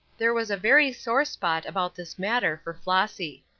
there was a very sore spot about this matter for flossy.